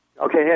Okay